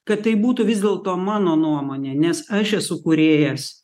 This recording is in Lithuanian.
kad tai būtų vis dėlto mano nuomonė nes aš esu kūrėjas